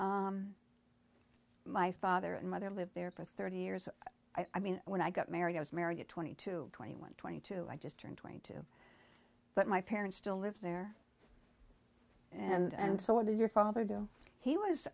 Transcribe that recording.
york my father and mother lived there for thirty years i mean when i got married i was married at twenty two twenty one twenty two i just turned twenty two but my parents still live there and so what did your father do he was